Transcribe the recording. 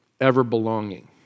ever-belonging